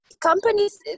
companies